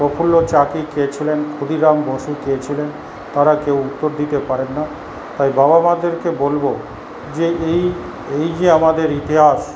প্রফুল্ল চাকী কে ছিলেন ক্ষুদিরাম বসু কে ছিলেন তারা কেউ উত্তর দিতে পারেন না তাই বাবা মাদেরকে বলবো যে এই এই যে আমাদের ইতিহাস